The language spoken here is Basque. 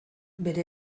bere